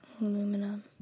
Aluminum